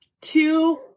two